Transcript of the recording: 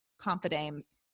Confidames